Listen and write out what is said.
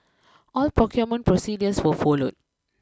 all procurement procedures were followed